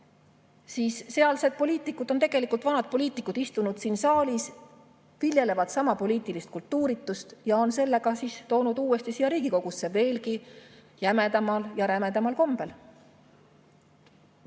Sealsed poliitikud on tegelikult vanad poliitikud, istunud siin saalis, viljelevad sama poliitilist kultuuritust ja on selle toonud uuesti siia Riigikogusse veelgi jämedamal ja rämedamal kombel.